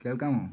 കേൾക്കാമോ